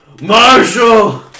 Marshall